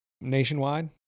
nationwide